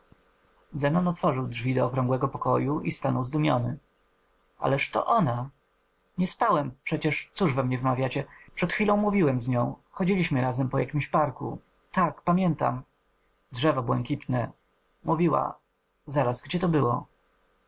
zenon otworzył drzwi do okrągłego pokoju i stanął zdumiony ależ to ona nie spałem przecież cóż we mnie wmawiacie przed chwilą mówiłem z nią chodziliśmy razem po jakimś parku tak pamiętam drzewa błękitne mówiła zaraz gdzie to było